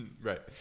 Right